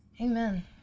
amen